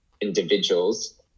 individuals